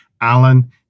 Alan